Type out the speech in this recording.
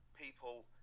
people